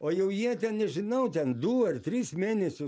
o jau jie ten nežinau ten du ar tris mėnesius